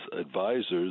advisors